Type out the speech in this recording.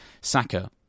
Saka